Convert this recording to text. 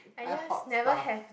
I hoard stuff